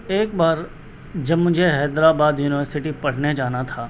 ایک بار جب مجھے حیدرآباد یونیورسٹی پڑھنے جانا تھا